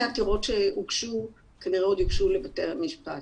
עתירות שהוגשו וכנראה עוד יוגשו לבתי המשפט,